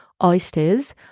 Oysters